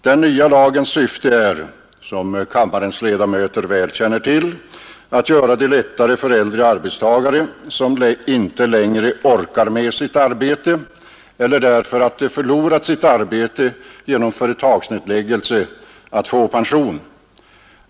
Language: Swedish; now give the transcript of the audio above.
Den nya lagens syfte är, som kammarens ledamöter väl känner till, att göra det lättare för äldre arbetstagare, som inte längre orkar med sitt arbete eller som förlorat sitt arbete genom företagsnedläggelse, att få pension.